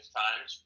times